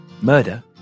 Murder